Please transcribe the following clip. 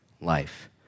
life